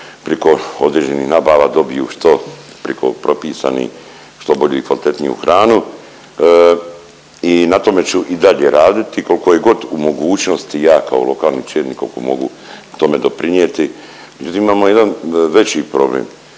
priko određenih nabava dobiju što, priko propisanih što bolju i kvalitetniju hranu i na tome ću i dalje raditi, koliko je god u mogućnosti, ja, kao lokalni čelnik, koliko mogu tome doprinijeti, međutim, imamo jedan veći problem.